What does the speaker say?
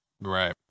Right